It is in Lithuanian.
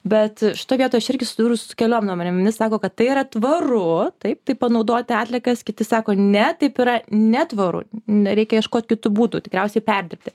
bet šitoj vietoj aš irgi susidūrus su keliom nuomonėm vieni sako kad tai yra tvaru taip tai panaudoti atliekas kiti sako ne taip yra netvaru ne reikia ieškot kitų būdų tikriausiai perdirbti